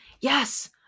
Yes